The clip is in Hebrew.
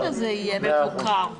בטוח שזה יהיה מבוקר.